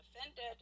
offended